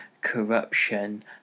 corruption